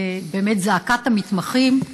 לזעקת המתמחים.